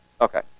Okay